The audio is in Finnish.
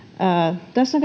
tässä